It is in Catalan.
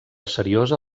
seriosa